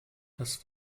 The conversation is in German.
das